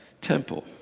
temple